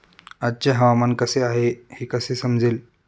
आजचे हवामान कसे आहे हे कसे समजेल?